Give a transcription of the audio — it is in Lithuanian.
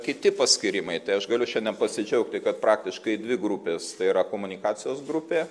kiti paskyrimai tai aš galiu šiandien pasidžiaugti kad praktiškai dvi grupės tai yra komunikacijos grupė